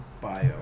Bio